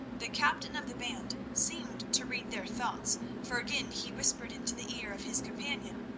the captain of the band seemed to read their thoughts, for again he whispered into the ear of his companion,